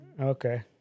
Okay